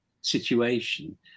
situation